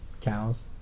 Cows